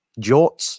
Jorts